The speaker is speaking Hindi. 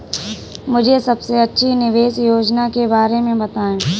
मुझे सबसे अच्छी निवेश योजना के बारे में बताएँ?